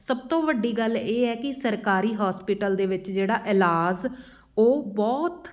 ਸਭ ਤੋਂ ਵੱਡੀ ਗੱਲ ਇਹ ਹੈ ਕਿ ਸਰਕਾਰੀ ਹੋਸਪੀਟਲ ਦੇ ਵਿੱਚ ਜਿਹੜਾ ਇਲਾਜ ਉਹ ਬਹੁਤ